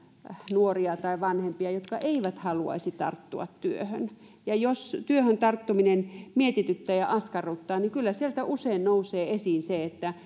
nuoria tai vanhempia jotka eivät haluaisi tarttua työhön ja jos työhön tarttuminen mietityttää ja askarruttaa niin kyllä sieltä usein nousee esiin se että